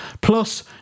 Plus